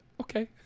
okay